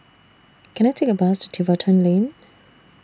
Can I Take A Bus to Tiverton Lane